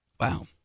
wow